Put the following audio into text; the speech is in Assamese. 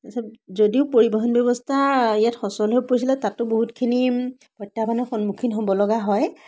যদিও পৰিৱহন ব্যৱস্থা ইয়াত সচল হৈ পৰিছিলে তাতো বহুতখিনি প্ৰত্যাহ্বানৰ সন্মুখীন হ'বলগা হয়